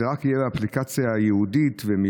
והוא גם אומר שזה רק יהיה באפליקציה ייעודית ומיוחדת,